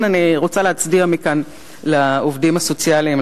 אני רוצה להצדיע מכאן לעובדים הסוציאליים,